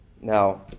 Now